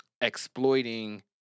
exploiting